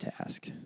task